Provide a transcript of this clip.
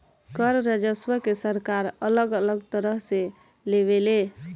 कर राजस्व के सरकार अलग अलग तरह से लेवे ले